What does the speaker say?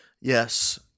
Yes